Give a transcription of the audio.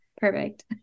Perfect